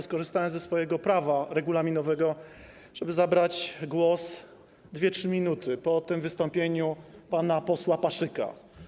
Skorzystałem ze swojego prawa regulaminowego, żeby zabrać głos, 2-3 minuty, po wystąpieniu pana posła Paszyka.